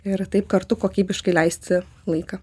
ir taip kartu kokybiškai leisti laiką